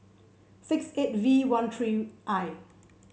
six eight V one three I